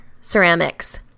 Ceramics